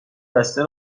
بسته